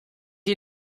you